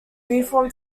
reform